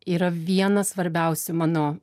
yra viena svarbiausių mano